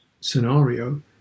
scenario